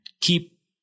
keep